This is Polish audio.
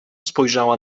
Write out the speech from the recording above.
spojrzała